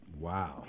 Wow